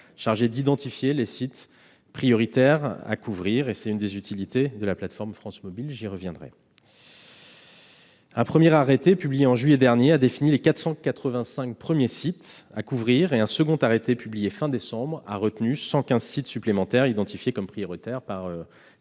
chargées d'identifier les sites prioritaires à couvrir. C'est une des utilités de la plateforme France Mobile, mais j'y reviendrai. Un premier arrêté publié en juillet dernier a défini les 485 premiers sites à couvrir, et un second arrêté, publié fin décembre, a retenu 115 sites supplémentaires identifiés comme prioritaires par